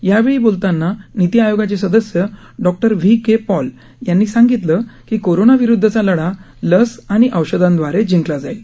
यावेळी बोलताना नीती आयोगाचे सदस्य डॉक्टर व्ही के पॉल यांनी सांगितलं की कोरोना विरुद्धवा लढा लस आणि औषधाद्वारे जिंकला जाईल